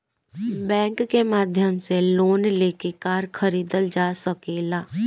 bank के माध्यम से लोन लेके कार खरीदल जा सकेला